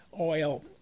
oil